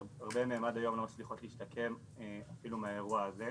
הרבה מהן עד היום לא מצליחות להשתקם מהאירוע הזה.